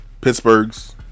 Pittsburgh's